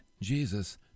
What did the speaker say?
Jesus